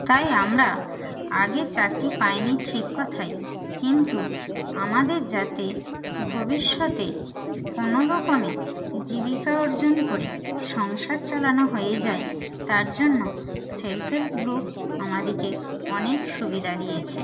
তাই আমরা আগে চাকরি পাইনি ঠিক কথাই কিন্তু আমাদের যাতে ভবিষ্যতে কোনো রকমে জীবিকা অর্জন করে সংসার চালানো হয়ে যায় তার জন্য সেলফ হেল্প গ্রুপ আমাদেরকে অনেক সুবিধা দিয়েছে